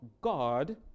God